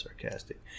sarcastic